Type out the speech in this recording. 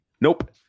Nope